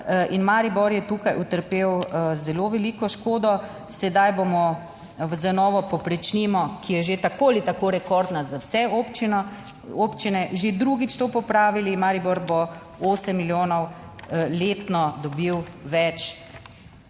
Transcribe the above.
Maribor je tukaj utrpel zelo veliko škodo. Sedaj bomo z novo povprečnino, ki je že tako ali tako rekordna za vse občine že drugič to popravili, Maribor bo osem milijonov letno dobil več.